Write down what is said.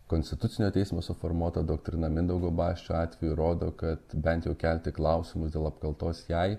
konstitucinio teismo suformuota doktrina mindaugo basčio atveju rodo kad bent jau kelti klausimus dėl apkaltos jai